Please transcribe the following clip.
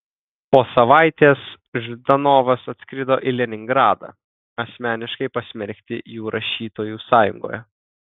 po savaitės ždanovas atskrido į leningradą asmeniškai pasmerkti jų rašytojų sąjungoje